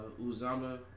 Uzama